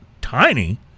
tiny